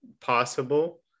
possible